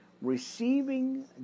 receiving